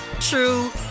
true